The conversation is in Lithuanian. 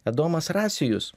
adomas rasijus